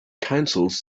councils